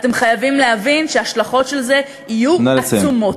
אתם חייבים להבין שההשלכות של זה יהיו עצומות.